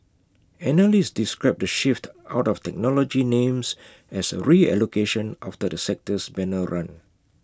analysts described the shift out of technology names as A reallocation after the sector's banner run